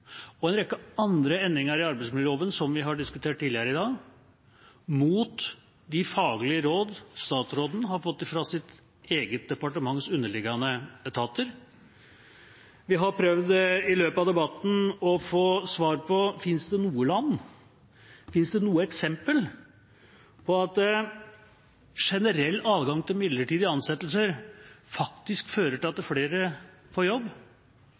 og en rekke andre endringer i arbeidsmiljøloven som vi har diskutert tidligere i dag, mot de faglige råd statsråden har fått fra sitt eget departements underliggende etater. Vi har i løpet av debatten prøvd å få svar på om det i noe land finnes noe eksempel på at generell adgang til midlertidige ansettelser faktisk fører til at flere får jobb.